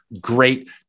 great